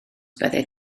byddet